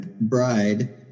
bride